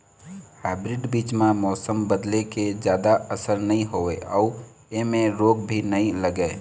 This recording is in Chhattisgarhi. हाइब्रीड बीज म मौसम बदले के जादा असर नई होवे अऊ ऐमें रोग भी नई लगे